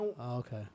Okay